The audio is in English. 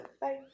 Bye